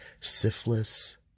syphilis